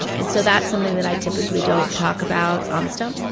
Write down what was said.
and so that's something that i typically don't talk about on the stump